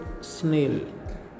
snail